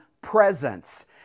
presence